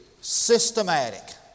systematic